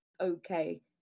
okay